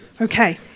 Okay